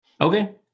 Okay